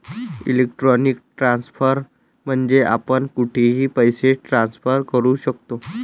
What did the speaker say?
electronic transfer म्हणजे आपण कुठेही पैसे ट्रान्सफर करू शकतो